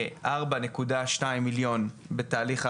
ארבע נקודה שניים מיליון בתהליך העברה,